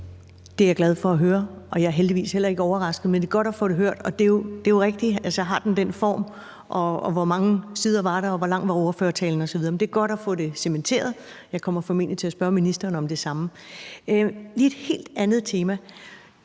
Det er jeg glad for at høre, og jeg er heldigvis heller ikke overrasket. Men det er godt at få det hørt. Og det er jo rigtigt, at den så har den form. Og hvor mange sider er der, og hvor lang var ordførertalen osv.? Men det er godt at få det cementeret. Jeg kommer formentlig til at spørge ministeren om det samme. Lige et helt andet tema: